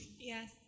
Yes